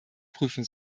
prüfen